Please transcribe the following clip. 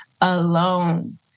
alone